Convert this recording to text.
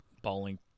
Bowling